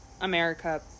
America